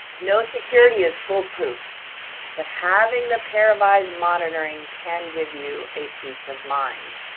no security is foolproof but having the pair of eyes monitoring can give you a peace of mind.